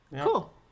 Cool